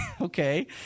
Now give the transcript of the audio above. okay